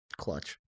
clutch